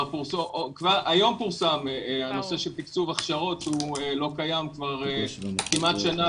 היום פורסם הנושא של תקצוב הכשרות שלא קיים כבר כמעט שנה.